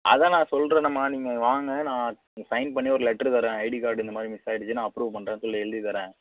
அதான் நான் சொல்றேனேம்மா நீங்கள் வாங்க நான் சைன் பண்ணி ஒரு லெட்ரு தர்றேன் ஐடி கார்டு இந்தமாதிரி மிஸ் ஆகிடுச்சி நான் அப்ரூவ் பண்ணுறேன்னு சொல்லி நான் எழுதித் தர்றேன்